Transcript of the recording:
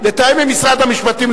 לתאם עם משרד המשפטים,